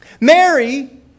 Mary